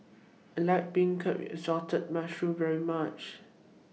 I like Beancurd with Assorted Mushrooms very much